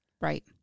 right